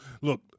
look